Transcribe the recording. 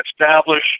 establish